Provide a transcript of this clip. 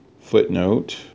Footnote